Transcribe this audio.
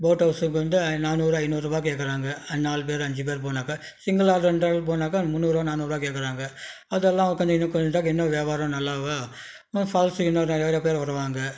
boat ஹவுஸ்சுக்கு வந்துட்டு ஐ நானூறு ஐநூறுபாய் கேட்கறாங்க நாலு பேர் அஞ்சு பேர் போனாக்கா சிங்கிலாக ரெண்டு ஆள் போனாக்கா முந்நூறுபா நாநூறுபா கேட்கறாங்க அதெல்லாம் கொஞ்சம் இன்னும் கொஞ்சம் குறச்சா இன்னும் வியாபாரம் நல்லா வரும் இன்னும் ஃபால்ஸ்க்கு இன்னும் நிறையா பேர் வருவாங்கள்